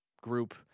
group